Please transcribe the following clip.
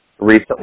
recently